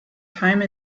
time